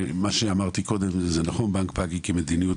מה שאמרתי קודם בנק פאגי כמדיניות,